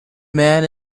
man